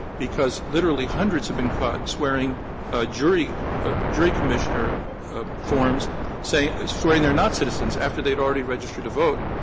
because literally hundreds have been caught swearing ah jury ah jury commissioner ah forms swearing they are not citizens after they had already registered to vote.